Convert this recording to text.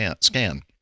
scan